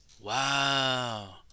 wow